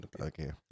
Okay